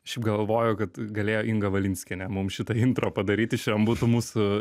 šiaip galvoju kad galėjo inga valinskienė mums šitą intro padaryti šian būtų mūsų